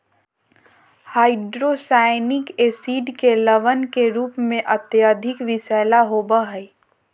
hydrocyanic acid के लवण के रूप में अत्यधिक विषैला होव हई